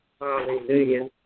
hallelujah